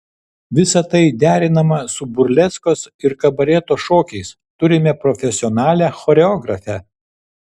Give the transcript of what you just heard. visa tai derinama su burleskos ir kabareto šokiais turime profesionalią choreografę